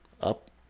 up